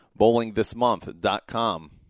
bowlingthismonth.com